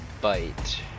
bite